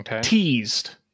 Teased